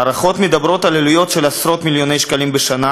ההערכות מדברות על עלויות של עשרות-מיליוני שקלים בשנה